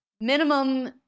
minimum